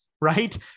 right